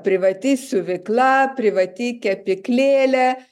privati siuvykla privati kepyklėlė